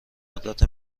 قدرت